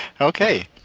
Okay